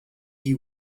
you